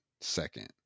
second